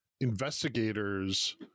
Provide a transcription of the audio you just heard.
investigators